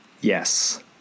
Yes